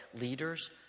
leaders